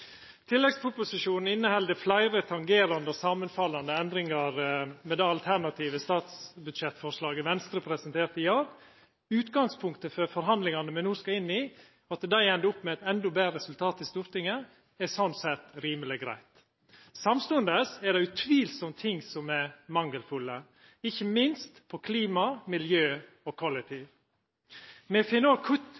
Tilleggsproposisjonen inneheld fleire tangerande og samanfallande endringar med det alternative statsbudsjettforslaget Venstre presenterte i år. Utgangspunktet for at forhandlingane me no skal inn i, endar opp med eit enda betre resultat i Stortinget, er slik sett rimeleg greitt. Samtidig er det utvilsamt ting som er mangelfulle – ikkje minst på områda som gjeld klima, miljø og